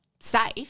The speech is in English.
safe